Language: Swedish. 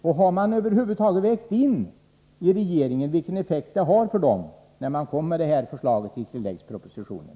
Har regeringen över huvud taget vägt in i sin bedömning vilken effekt det hade för dem när man kom med förslaget i tilläggspropositionen?